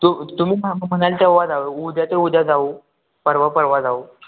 तू तुम्ही म्हणाल तेव्हा जाऊ उद्या तर उद्या जाऊ परवा परवा जाऊ